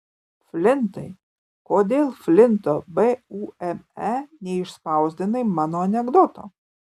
flintai kodėl flinto bume neišspausdinai mano anekdoto